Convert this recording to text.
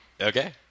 Okay